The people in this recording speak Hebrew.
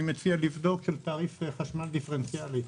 מציע לבדוק של תעריף חשמל דיפרנציאלי,